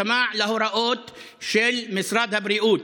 חובה להישמע להוראות משרד הבריאות.